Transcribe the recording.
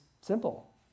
simple